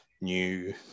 new